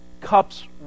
Cups